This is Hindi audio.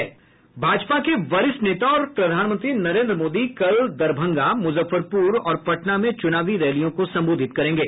भाजपा के वरिष्ठ नेता और प्रधानमंत्री नरेंद्र मोदी कल दरभंगा मुजफ्फरपुर और पटना में चुनावी रैलियों को संबोधित करेंगे